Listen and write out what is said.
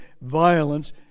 violence